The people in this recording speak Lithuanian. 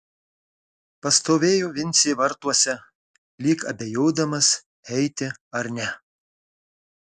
pastovėjo vincė vartuose lyg abejodamas eiti ar ne